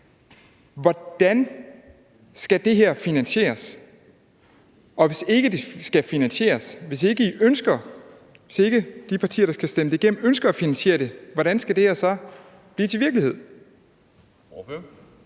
Hvordan skal det her finansieres? Og hvis ikke det skal finansieres, hvis ikke de partier, der skal stemme det igennem, ønsker at finansiere det, hvordan skal det her så blive til virkelighed? Kl.